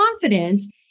confidence